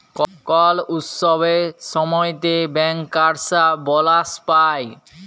call উৎসবের ছময়তে ব্যাংকার্সরা বলাস পায়